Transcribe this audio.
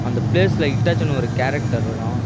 அந்த ஃப்ளேஸில் ஹிட்டாச்சினு ஒரு கேரக்டர் இருக்கான்